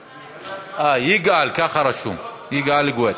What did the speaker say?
אה, יִגְאָל, כך רשום: יִגְאָל גואטה.